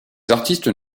artistes